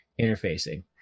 interfacing